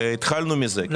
והתחלנו מזה,